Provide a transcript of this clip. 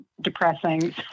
depressing